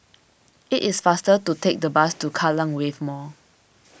it is faster to take the bus to Kallang Wave Mall